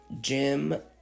Jim